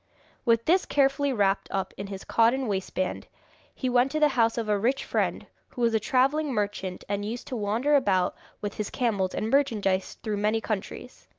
with this carefully wrapped up in his cotton waistband he went to the house of a rich friend, who was a travelling merchant, and used to wander about with his camels and merchandise through many countries.